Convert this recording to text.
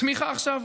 תמיכה עכשיו,